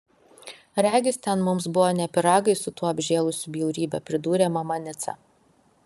regis ten mums buvo ne pyragai su tuo apžėlusiu bjaurybe pridūrė mama nica